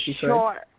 Sure